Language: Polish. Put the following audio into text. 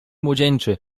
młodzieńczy